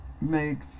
made